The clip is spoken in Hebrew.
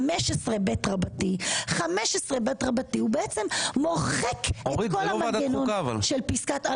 15ב. סעיף 15ב רבתי הוא בעצם מוחק את כל המנגנון של פסקת ההתגברות.